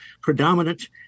predominant